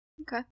Okay